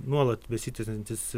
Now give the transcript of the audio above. nuolat besitęsiantys